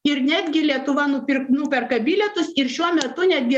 ir netgi lietuva nupirk nuperka bilietus ir šiuo metu netgi